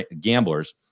Gamblers